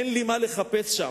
אין לי מה לחפש שם.